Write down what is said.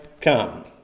come